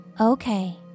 Okay